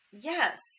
yes